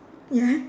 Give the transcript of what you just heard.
ya